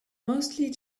mostly